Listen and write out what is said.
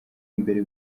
imbere